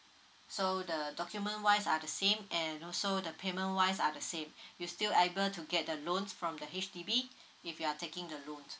so the document wise are the same and also the payment wise are the same you still able to get the loans from the H_D_B if you are taking the loan